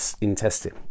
intestine